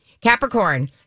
Capricorn